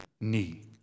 knee